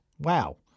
Wow